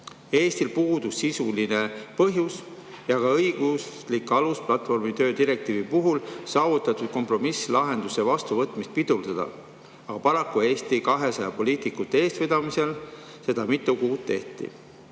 "Eestil puudus sisuline põhjus ja ka õiguslik alus platvormitöö direktiivi puhul saavutatud kompromisslahenduse vastuvõtmist pidurdada, aga paraku Eesti 200 poliitikute eestvedamisel seda mitu kuud tehti,"